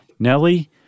Nelly